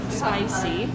spicy